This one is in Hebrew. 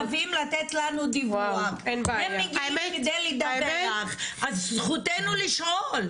המשרדים מחויבים לתת לנו דיווח, אז זכותנו לשאול.